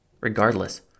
Regardless